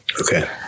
Okay